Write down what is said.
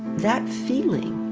that feeling,